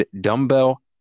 dumbbell